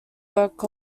work